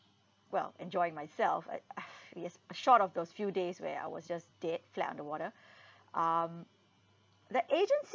well enjoying myself yes short of those few days where I was just dead flat underwater um the agency